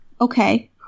okay